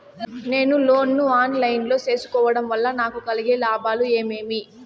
నేను లోను ను online లో సేసుకోవడం వల్ల నాకు కలిగే లాభాలు ఏమేమీ?